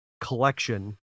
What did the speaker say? collection